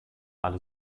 alle